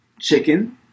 Chicken